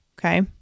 okay